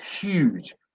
huge